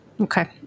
Okay